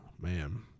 man